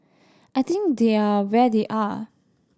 I think they are where they are